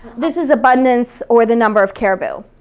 this is abundance or the number of caribou.